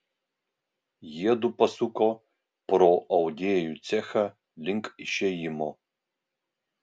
jiedu pasuko pro audėjų cechą link išėjimo